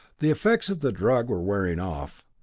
the effects of the drug were wearing off.